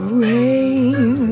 rain